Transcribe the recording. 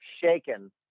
shaken